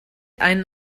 einen